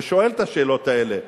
ושואל את השאלות האלה.